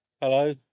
Hello